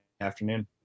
afternoon